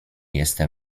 jestem